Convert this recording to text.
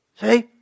See